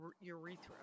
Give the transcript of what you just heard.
urethra